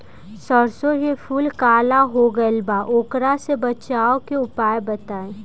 सरसों के फूल काला हो गएल बा वोकरा से बचाव के उपाय बताई?